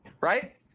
Right